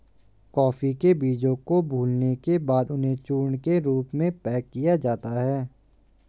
coffee के बीजों को भूलने के बाद उन्हें चूर्ण के रूप में पैक किया जाता है